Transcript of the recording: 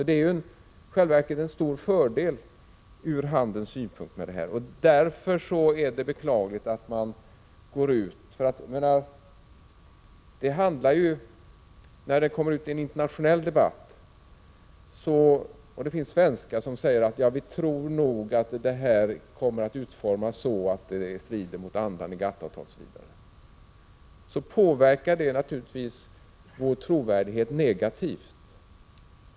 Det är i själva verket fråga om en stor fördel ur handelns synpunkt. Det är därför beklagligt med tanke på den internationella debatten att det finns svenskar som säger att de tror att denna åtgärd nog kommer att utformas på ett sådant sätt att det strider mot andan i GATT-avtalet. Detta påverkar naturligtvis vår trovärdighet negativt.